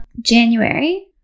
January